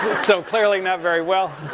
so clearly not very well.